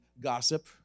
gossip